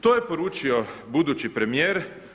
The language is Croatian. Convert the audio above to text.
To je poručio budući premijer.